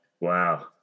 Wow